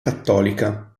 cattolica